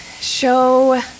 show